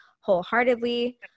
wholeheartedly